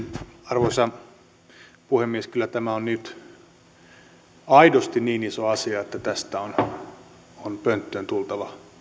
arvoisa puhemies kyllä tämä on nyt aidosti niin iso asia että tästä on pönttöön tultava